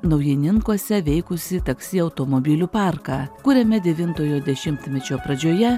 naujininkuose veikusį taksi automobilių parką kuriame devintojo dešimtmečio pradžioje